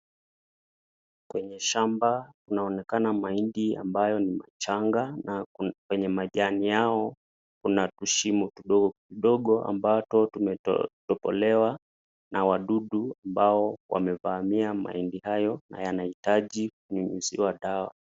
Kwenye shamba unaonekana mahindi ambayoo ni changa, na kwenye majani yao kuna tushimo tudogo tudogo ambato tumetolewa na wadudu ambao wamevamia mahindi hayo na yanahitaji kunyunyuziwa dawa.